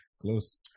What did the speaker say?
Close